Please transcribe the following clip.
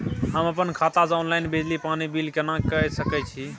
हम अपन खाता से ऑनलाइन बिजली पानी बिल केना के सकै छी?